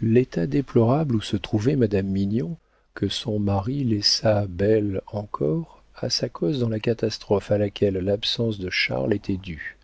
l'état déplorable où se trouvait madame mignon que son mari laissa belle encore a sa cause dans la catastrophe à laquelle l'absence de charles était due